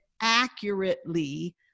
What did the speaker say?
accurately